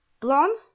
blonde